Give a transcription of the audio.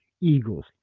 Eagles